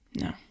No